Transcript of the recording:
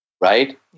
Right